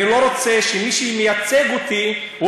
אני לא רוצה שמי שמייצג אותי,